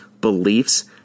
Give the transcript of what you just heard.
beliefs